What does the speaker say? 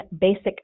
basic